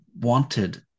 wanted